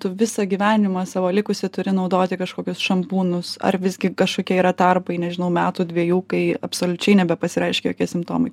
tu visą gyvenimą savo likusį turi naudoti kažkokius šampūnus ar visgi kašokie yra tarpai nežinau metų dvejų kai absoliučiai nebepasireiškia jokie simptomai